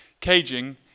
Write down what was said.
caging